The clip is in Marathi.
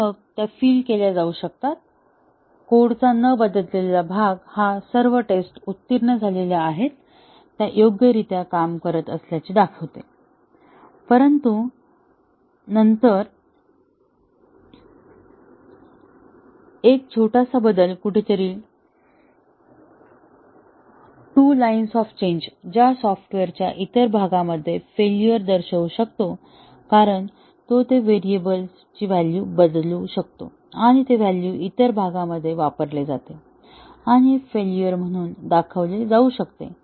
आणि मग त्या फील केल्या जाऊ लागतात कोडचा न बदललेला भाग हा सर्व टेस्ट उत्तीर्ण झाल्या आहेत त्या योग्यरित्या काम करत असल्याचे दाखवते परंतु नंतर एक छोटासा बदल कुठेतरी टू लाईन्स ऑफ चेंज ज्या सॉफ्टवेअरच्या इतर भागामध्ये फेल्युअर दर्शवू शकतो कारण तो ते व्हेरिएबल व्हॅल्यू बदलतो आणि ते व्हॅल्यू इतर भागांद्वारे वापरले जाते आणि फेल्युअर म्हणून दाखवले जाऊ शकते